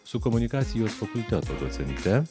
su komunikacijos fakulteto docente